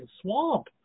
swamp